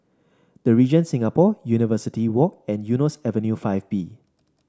The Regent Singapore University Walk and Eunos Avenue Five B